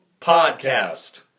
Podcast